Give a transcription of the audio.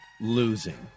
losing